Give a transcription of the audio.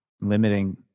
limiting